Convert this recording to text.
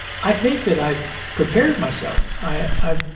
i think that i've prepared myself. i, i,